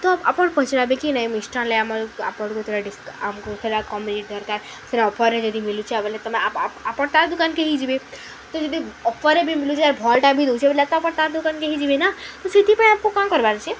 ତ ଆପଣ ପଚାରାବେ କି ନଁ ମିଷ୍ଟା ହେଲେ ଆମର ଆପଣଙ୍କୁ ଡି ଆମକୁ କମ ଦରକାର ସେଟା ଅଫରରେ ଯଦି ମିଲୁଛେ ବୋଇଲେ ତୁମେ ଆପଣ ତା' ଦୋକାନକେ ହେଇଯିବେ ତ ଯଦି ଅଫର୍ରେ ବି ମିଲୁଛି ଆର୍ ଭଲଟା ବି ଦେଉଛେ ବୋଇଲେ ତ ଆପଣ ତା' ଦୋକାନକେ ହେଇଯିବେ ନା ତ ସେଥିପାଇଁ ଆପକେ କ'ଣ କରିବାର ଅଛେ